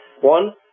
One